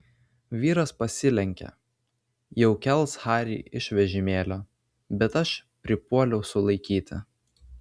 vyras pasilenkė jau kels harį iš vežimėlio bet aš pripuoliau sulaikyti